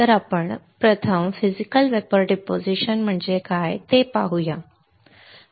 तर आपण प्रथम फिजिकल वेपर डिपॉझिशन म्हणजे काय ते पाहू या ठीक आहे